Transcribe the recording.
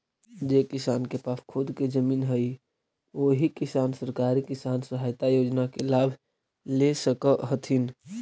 जे किसान के पास खुद के जमीन हइ ओही किसान सरकारी किसान सहायता योजना के लाभ ले सकऽ हथिन